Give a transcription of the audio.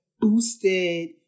boosted